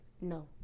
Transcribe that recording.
No